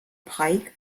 pike